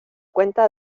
cuenta